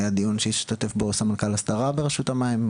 היה דיון שהשתתף בו סמנכ"ל הסדרה ברשות המים,